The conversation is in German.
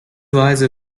weise